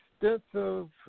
extensive